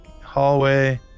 hallway